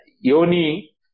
yoni